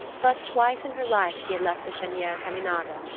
but twice in her life she had left the cheniere caminada,